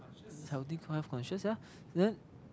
healthy life conscious yeah then